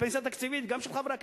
פנסיה תקציבית גם של חברי הכנסת.